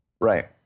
Right